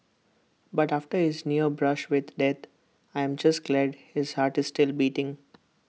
but after his near brush with death I'm just glad his heart is still beating